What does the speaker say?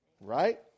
Right